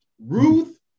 Ruth